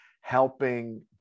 helping